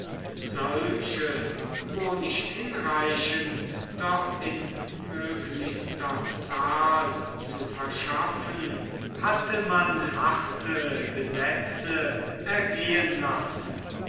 solche wo nicht hinreichend doch in möglichster zahl zu verschaffen hatte man harte gesetze ergehen lassen